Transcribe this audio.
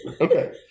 okay